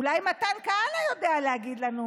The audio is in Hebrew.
אולי מתן כהנא יודע להגיד לנו?